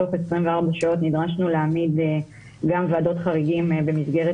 תוך 24 שעות נדרשנו להעמיד גם ועדות חריגים במסגרת